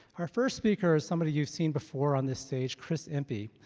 our first speaker is somebody you've seen before on this stage chris impey.